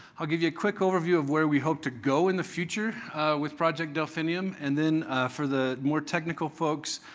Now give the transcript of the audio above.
i'll give you a quick overview of where we hope to go in the future with project delphinium. and then for the more technical folks,